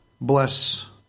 bless